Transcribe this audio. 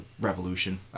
revolution